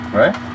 right